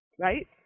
right